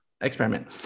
experiment